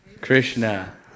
Krishna